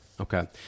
okay